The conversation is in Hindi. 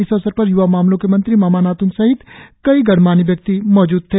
इस अवसर पर युवा मामलो के मंत्री मामा नात्ंग सहित कई गणमान्य व्यक्ति मौजूद थे